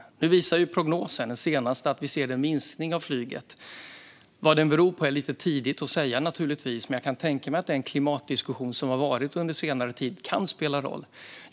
Den senaste prognosen visar ju en minskning av flyget. Vad den beror på är det lite tidigt att säga, naturligtvis, men jag kan tänka mig att den senaste tidens klimatdiskussion kan spela en roll.